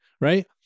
right